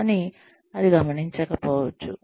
కానీ అది గమనించకపోవచ్చు